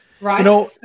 Right